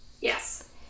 Yes